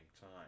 time